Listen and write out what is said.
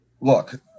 look